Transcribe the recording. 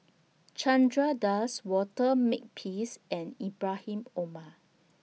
Chandra Das Walter Makepeace and Ibrahim Omar